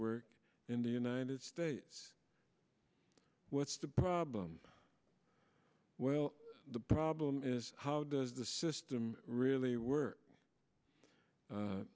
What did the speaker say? work in the united states what's the problem well the problem is how does the system really w